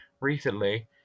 recently